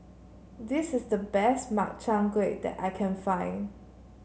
this is the best Makchang Gui that I can find